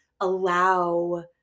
allow